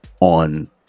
on